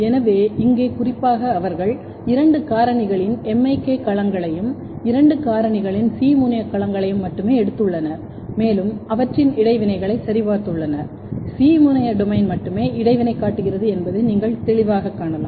எனவே இங்கே குறிப்பாக அவர்கள் இரண்டு காரணிகளின் MIK களங்களையும் இரண்டு காரணிகளின் C முனைய களங்களையும் மட்டுமே எடுத்துள்ளனர் மேலும் அவற்றின் இடைவினைகளை சரிபார்த்துள்ளனர் C முனைய டொமைன் மட்டுமே இடைவினை காட்டுகிறது என்பதை நீங்கள் தெளிவாகக் காணலாம்